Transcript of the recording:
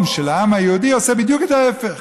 של העם היהודי עושה בדיוק את ההפך,